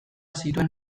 zituen